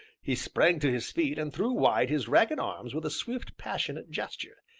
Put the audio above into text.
he sprang to his feet, and threw wide his ragged arms with a swift, passionate gesture.